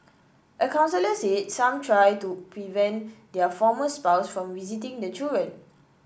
a counsellor said some try to prevent their former spouse from visiting the children